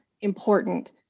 important